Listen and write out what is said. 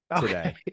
Today